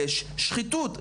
יש שחיתות,